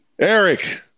Eric